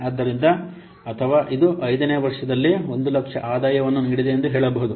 ಆದ್ದರಿಂದ ಅಥವಾ ಇದು 5 ನೇ ವರ್ಷದಲ್ಲಿ 100000 ಆದಾಯವನ್ನು ನೀಡಿದೆ ಎಂದು ಹೇಳಬಹುದು